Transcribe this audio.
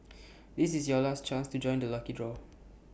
this is your last chance to join the lucky draw